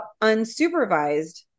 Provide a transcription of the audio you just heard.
unsupervised